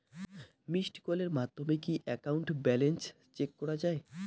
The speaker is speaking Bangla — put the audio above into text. মিসড্ কলের মাধ্যমে কি একাউন্ট ব্যালেন্স চেক করা যায়?